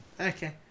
Okay